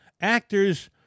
actors